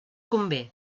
convé